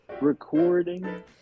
recording